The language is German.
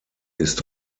ist